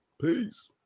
peace